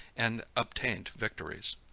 and obtained victories.